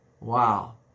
Wow